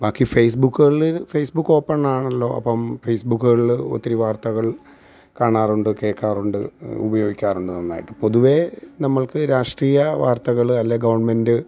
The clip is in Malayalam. ബാക്കി ഫേസ്ബുക്കുകളില് ഫേസ്ബുക്ക് ഓപ്പൺ ആണല്ലോ അപ്പോള് ഫേസ്ബുക്കുകളില് ഒത്തിരി വാർത്തകൾ കാണാറുണ്ട് കേള്ക്കാറുണ്ട് ഉപയോഗിക്കാറുണ്ട് നന്നായിട്ട് പൊതുവെ നമ്മൾക്ക് രാഷ്ട്രീയ വാർത്തകള് അല്ലെങ്കില് ഗവണ്മെൻറ്റ്